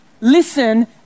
listen